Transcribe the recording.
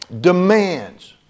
demands